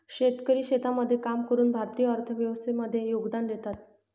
शेतकरी शेतामध्ये काम करून भारतीय अर्थव्यवस्थे मध्ये योगदान देतात